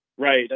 Right